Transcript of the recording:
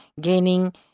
gaining